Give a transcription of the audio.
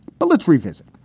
but let's revisit.